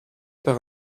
par